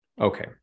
Okay